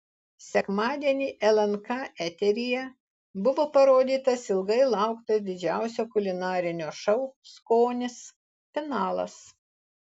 sekmadienį lnk eteryje buvo parodytas ilgai lauktas didžiausio kulinarinio šou skonis finalas